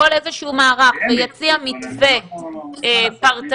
כל איזה שהוא מערך ויציע מתווה פרטני